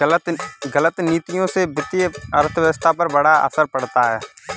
गलत नीतियों से वित्तीय अर्थव्यवस्था पर बड़ा असर पड़ता है